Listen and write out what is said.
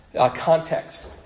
context